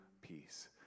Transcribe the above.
peace